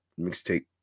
mixtape